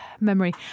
memory